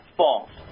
false